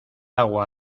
agua